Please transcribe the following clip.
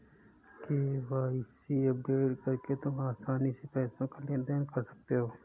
KYC update करके तुम आसानी से पैसों का लेन देन कर सकते हो